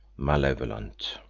malevolent.